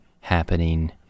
happening